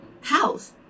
house